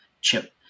chip